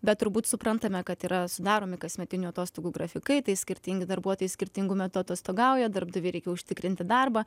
bet turbūt suprantame kad yra sudaromi kasmetinių atostogų grafikai tai skirtingi darbuotojai skirtingu metu atostogauja darbdaviui reikia užtikrinti darbą